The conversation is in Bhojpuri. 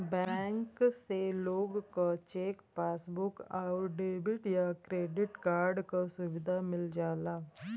बैंक से लोग क चेक, पासबुक आउर डेबिट या क्रेडिट कार्ड क सुविधा मिल जाला